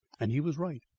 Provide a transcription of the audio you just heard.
and he was right.